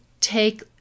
take